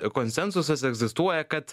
konsensusas egzistuoja kad